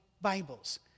Bibles